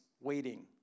waiting